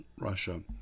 Russia